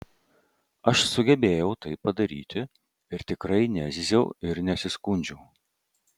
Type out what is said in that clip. aš sugebėjau tai padaryti ir tikrai nezyziau ir nesiskundžiau